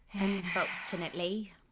Unfortunately